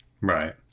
Right